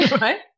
right